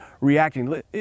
reacting